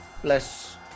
plus